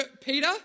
Peter